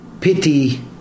pity